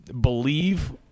believe